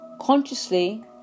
consciously